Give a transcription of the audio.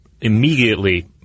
immediately